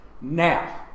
Now